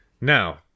Now